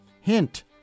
Hint